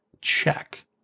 Check